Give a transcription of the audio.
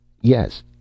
Yes